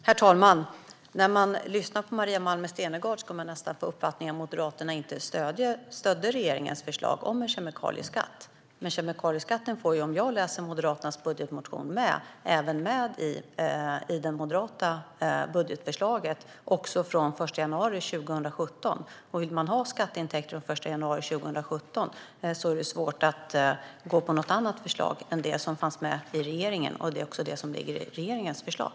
Herr talman! När man lyssnar på Maria Malmer Stenergard kan man nästan få uppfattningen att Moderaterna inte stödde regeringens förslag om en kemikalieskatt. Om jag läser Moderaternas budgetmotion ser jag att kemikalieskatten finns med även i det moderata budgetförslaget från den 1 januari 2017. Vill man ha skatteintäkter från den 1 januari 2017 är det svårt att gå på något annat förslag än det som fanns med i regeringens budget, och det ligger också i regeringens förslag.